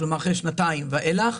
כלומר אחרי שנתיים ואילך.